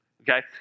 Okay